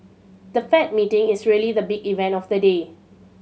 the Fed meeting is really the big event of the day